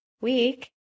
week